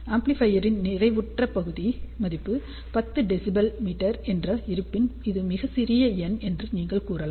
ஆம்ப்ளிபையரின் நிறைவுற்ற மதிப்பு 10 dBm என்று இருப்பின் இது மிகச் சிறிய எண் என்று நீங்கள் கூறலாம்